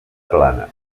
plana